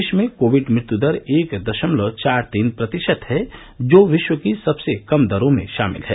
देश में कोविड मृत्युदर एक दशमलव चार तीन प्रतिशत है जो विश्व की सबसे कम दरों में शामिल है